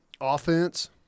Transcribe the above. Offense